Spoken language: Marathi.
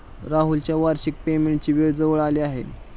राहुलच्या वार्षिक पेमेंटची वेळ जवळ आली आहे